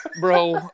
bro